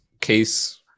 case